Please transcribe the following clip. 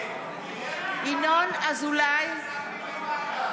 ינון אזולאי,